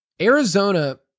Arizona